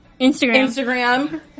Instagram